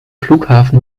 flughafen